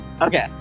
Okay